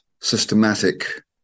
systematic